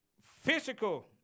physical